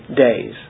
days